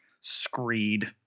Screed